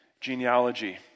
genealogy